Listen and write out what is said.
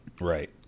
Right